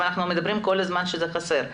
אנחנו כל הזמן אומרים שחסרים.